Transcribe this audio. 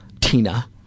tina